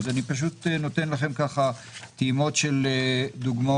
אני נותן לכם ככה טעימות של דוגמאות.